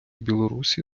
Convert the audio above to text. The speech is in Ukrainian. білорусі